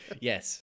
Yes